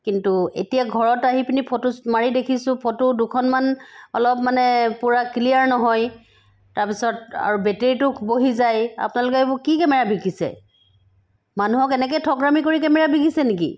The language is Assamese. কিন্তু এতিয়া ঘৰত আহি পিনি ফটোচ মাৰি দেখিছো ফটো দুখনমান অলপ মানে পূৰা ক্লিয়াৰ নহয় তাৰ পিছত আৰু বেটেৰীটো বহি যায় আপোনালোকে এইবোৰ কি কেমেৰা বিকিছে মানুহক এনেকে ঠগৰামি কৰি কেমেৰা বিকিছে নেকি